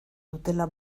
dutela